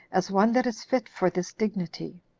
as one that is fit for this dignity.